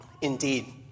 Indeed